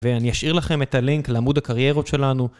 ואני אשאיר לכם את הלינק לעמוד הקריירות שלנו.